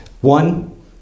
One